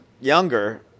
younger